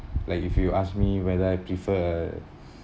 like if you ask me whether I prefer